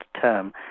term